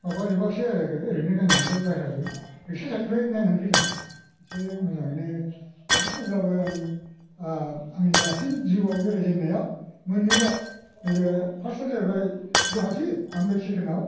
माबाजोबाखिसै आरो ओरैनो नायनानैल' बायहेराजों रिक्सा सानिफ्राय नायनानै फैदां एसे मोजाङैनो नुबोदों अब्लाबो आंनि दासिम जिउआव बेरायजेननाया मोननैल' नैबे फार्स्त आव जाहैबाय गुवाहाटि ओमफ्राय सेकेन्ड आव